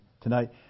tonight